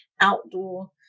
outdoor